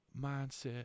mindset